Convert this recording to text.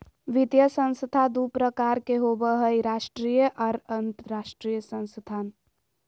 वित्तीय संस्थान दू प्रकार के होबय हय राष्ट्रीय आर अंतरराष्ट्रीय संस्थान